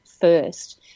first